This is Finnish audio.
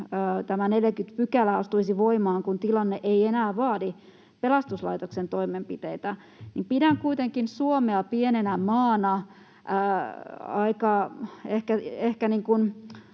tämä 40 § astuisi voimaan, kun tilanne ei enää vaadi pelastuslaitoksen toimenpiteitä, niin pidän kuitenkin Suomea pienenä maana,